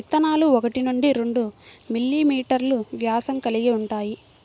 విత్తనాలు ఒకటి నుండి రెండు మిల్లీమీటర్లు వ్యాసం కలిగి ఉంటాయి